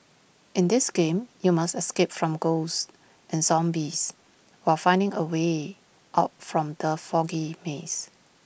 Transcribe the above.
in this game you must escape from ghosts and zombies while finding A way out from the foggy maze